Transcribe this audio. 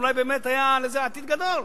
אולי באמת היה לזה עתיד גדול.